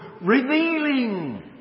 Revealing